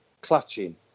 clutching